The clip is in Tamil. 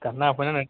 கன்னாபின்னானு